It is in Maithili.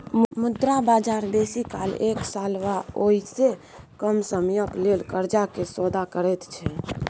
मुद्रा बजार बेसी काल एक साल वा ओइसे कम समयक लेल कर्जा के सौदा करैत छै